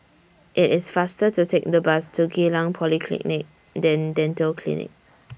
IT IS faster to Take The Bus to Geylang Polyclinic Then Dental Clinic